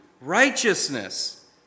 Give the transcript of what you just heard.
righteousness